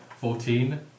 Fourteen